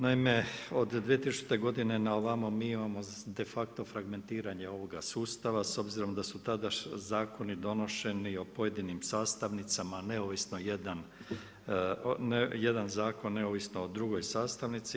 Naime, od 2000. godine na ovamo mi imamo de facto fragmentiranje ovoga sustava s obzirom da su tada zakoni donošeni o pojedinim sastavnicama neovisno jedan zakon, neovisno o drugoj sastavnici.